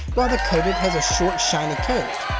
while the coated has a short, shiny coat.